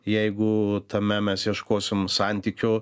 jeigu tame mes ieškosim santykio